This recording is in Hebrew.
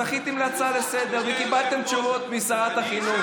זכיתם להצעה לסדר-היום וקיבלתם תשובות משרת החינוך.